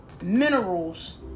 minerals